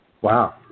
Wow